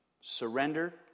Surrender